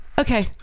okay